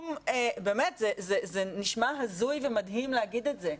באמת זה נשמע הזוי ומדהים להגיד את זה.